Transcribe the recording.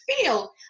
feel